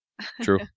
True